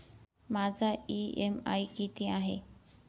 माझा इ.एम.आय किती आहे?